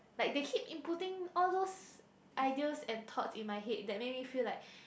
like they keep inputting all those ideas and thoughts in my head that make me feel like